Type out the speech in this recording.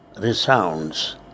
resounds